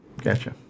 Gotcha